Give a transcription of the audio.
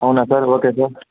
అవునా sir okay sir